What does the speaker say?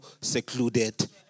secluded